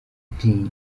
nti